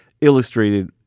illustrated